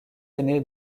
aîné